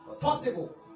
possible